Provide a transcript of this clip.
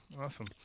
awesome